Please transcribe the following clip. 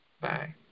bye